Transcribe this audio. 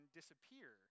disappear